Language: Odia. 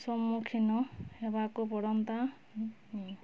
ସମ୍ମୁଖୀନ ହେବାକୁ ପଡ଼ନ୍ତାନି